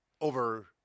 over –